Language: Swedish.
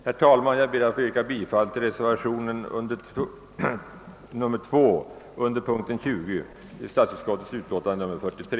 Herr talman! Jag ber att få yrka bifall till reservationen E 2 vid punkten 20 i statsutskottets utlåtande nr 43.